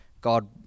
god